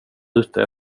ute